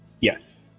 Yes